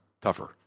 tougher